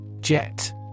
Jet